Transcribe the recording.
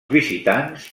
visitants